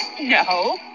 No